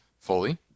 fully